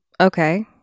Okay